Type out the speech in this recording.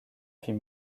puis